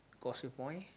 Causeway Point